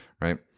right